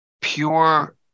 pure